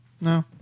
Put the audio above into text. No